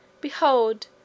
Behold